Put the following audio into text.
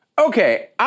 Okay